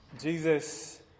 Jesus